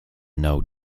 know